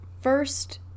first